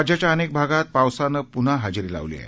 राज्याच्या अनेक भागात पावसानं पुन्हा हजेरी लावली आहे